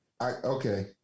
Okay